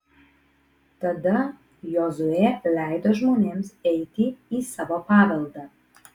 tada jozuė leido žmonėms eiti į savo paveldą